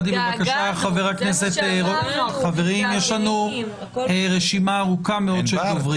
חברים, יש לנו רשימה ארוכה מאוד של דוברים.